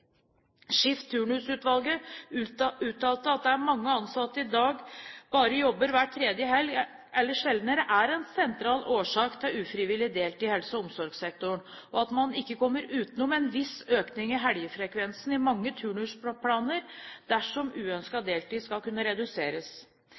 at det er mange ansatte i dag som bare jobber hver tredje helg eller sjeldnere, er en sentral årsak til ufrivillig deltid i helse- og omsorgssektoren, og at man ikke kommer utenom en viss økning i helgefrekvensen i mange turnusplaner dersom